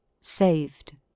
Saved